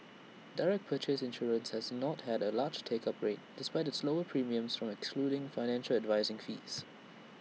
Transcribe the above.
direct purchase insurance has not had A large take up rate despite its lower premiums from excluding financial advising fees